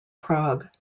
prague